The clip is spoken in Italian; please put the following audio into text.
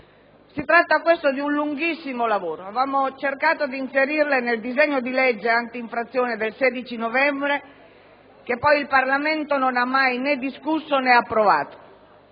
Si tratta di un lunghissimo lavoro: avevamo cercato di inserire tali misure nel disegno di legge anti-infrazione del 16 novembre scorso, che il Parlamento non ha mai né discusso né approvato;